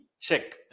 check